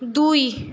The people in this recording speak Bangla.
দুই